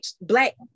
black